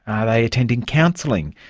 are they attending counselling,